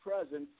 presence